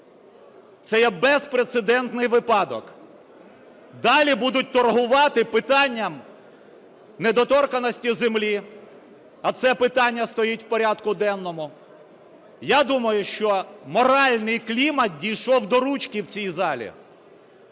це є безпрецедентний випадок, далі будуть торгувати питанням недоторканості землі, а це питання стоїть в порядку денному. Я думаю, що моральний клімат дійшов до ручки в цій залі.